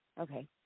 Okay